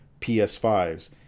ps5s